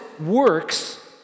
works